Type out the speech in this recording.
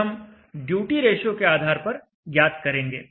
इसे हम duty ratio के आधार पर ज्ञात करेंगे